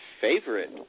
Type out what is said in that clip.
favorite